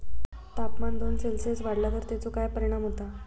तापमान दोन सेल्सिअस वाढला तर तेचो काय परिणाम होता?